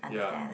ya